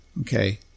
okay